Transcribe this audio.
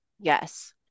Yes